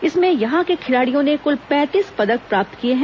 इसमें यहां के खिलाडियों ने कुल पैंतीस पदक प्राप्त किए हैं